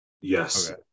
yes